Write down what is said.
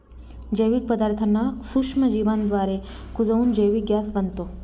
जैविक पदार्थांना सूक्ष्मजीवांद्वारे कुजवून जैविक गॅस बनतो